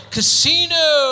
Casino